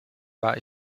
war